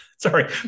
Sorry